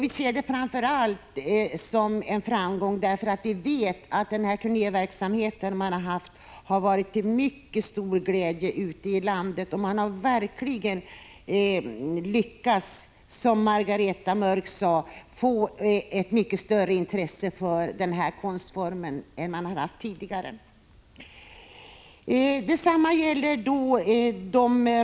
Vi ser det som en framgång, framför allt därför att vi vet att turnéverksamheten har varit till mycket stor glädje ute i landet. Man har verkligen lyckats, som Margareta Mörck sade, att få ett mycket större intresse för denna konstform än man har fått tidigare.